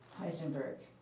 heisenberg.